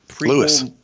Lewis